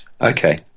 Okay